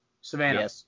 Savannah